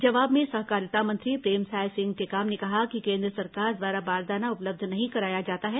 जवाब में सहकारिता मंत्री प्रेमसाय सिंह टेकाम ने कहा कि केन्द्र सरकार द्वारा बारदाना उपलब्ध नहीं कराया जाता है